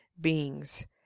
beings